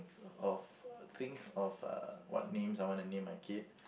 of think of uh what names I want to name my kid